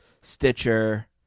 Stitcher